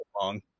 long